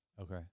Okay